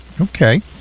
okay